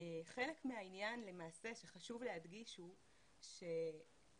חלק מהעניין שחשוב להדגיש הוא שלפ"מ